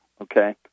okay